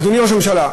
אדוני ראש הממשלה,